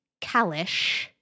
Kalish